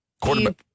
Quarterback